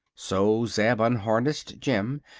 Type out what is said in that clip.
so zeb unharnessed jim,